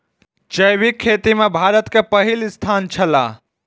जैविक खेती में भारत के पहिल स्थान छला